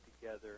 together